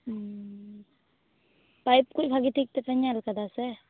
ᱩᱸᱻ ᱯᱟᱭᱤᱯ ᱠᱚ ᱵᱷᱟ ᱜᱤ ᱴᱷᱤᱠ ᱛᱮᱯᱮ ᱧᱮᱞ ᱟᱠᱟᱫᱟ ᱥᱮ